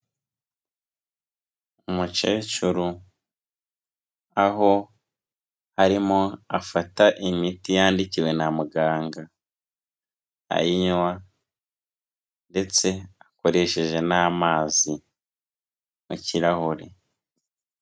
Umukecuru aho arimo afata imiti yandikiwe na muganga, ayinywa ndetse akoresheje n'amazi mu kirahure.